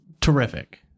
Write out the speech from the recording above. terrific